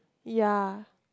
ya